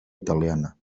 italiana